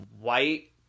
white